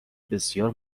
بسیار